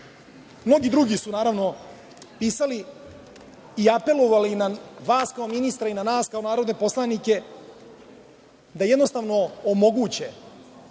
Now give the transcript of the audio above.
Mnogi drugi su, naravno, pisali i apelovali na vas kao ministra i na nas kao narodne poslanike da i njima omogućimo